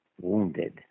Wounded